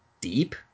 deep